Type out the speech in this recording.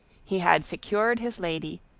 he had secured his lady,